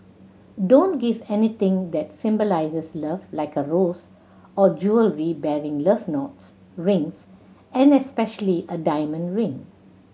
don't give anything that symbolises love like a rose or jewellery bearing love knots rings and especially a diamond ring